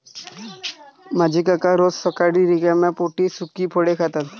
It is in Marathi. माझे काका रोज सकाळी रिकाम्या पोटी सुकी फळे खातात